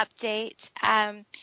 update